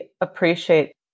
appreciate